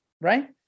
Right